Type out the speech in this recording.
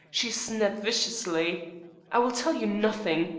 she snapped viciously i will tell you nothing.